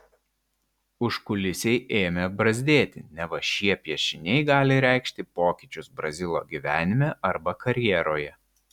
užkulisiai ėmė bruzdėti neva šie piešiniai gali reikšti pokyčius brazilo gyvenime arba karjeroje